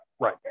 Right